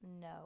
No